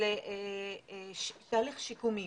שיקומי.